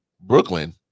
Brooklyn